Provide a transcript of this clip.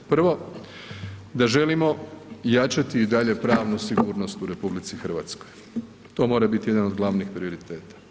Prvo da želimo jačati i dalje pravnu sigurnost u RH, to mora biti jedan od glavnih prioriteta.